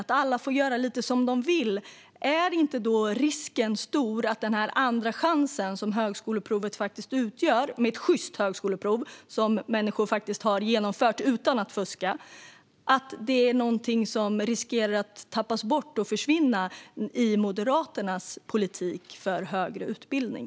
Om alla får göra lite som de vill, är då inte risken stor att den andra chans som högskoleprovet utgör - ett sjyst högskoleprov som människor genomför utan att fuska - blir någonting som tappas bort och försvinner i Moderaternas politik för högre utbildning?